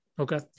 Okay